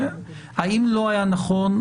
האם לא היה נכון,